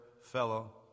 fellow